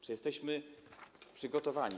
Czy jesteśmy przygotowani?